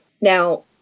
Now